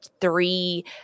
three